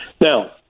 Now